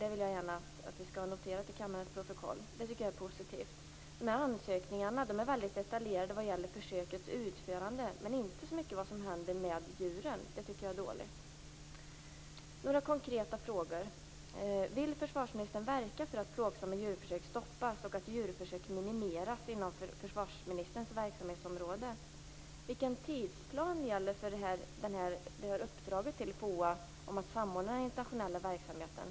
Det är bra att få det noterat till kammarens protokoll, för det här tycker jag är någonting som är positivt. Ansökningarna är mycket detaljerade vad gäller utförandet av försöket men inte så mycket vad gäller det som händer med djuren. Detta tycker jag är dåligt. Jag har några konkreta frågor: Vill försvarsministern verka för att plågsamma djurförsök stoppas och djurförsöken minimeras inom försvarsministerns verksamhetsområde? Vilken tidsplan gäller för uppdraget till FOA om att samordna den internationella verksamheten?